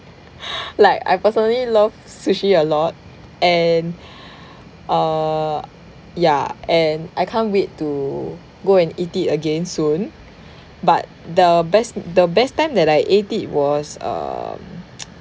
like I personally love sushi a lot and err ya and I can't wait to go and eat it again soon but the best the best time that I ate it was um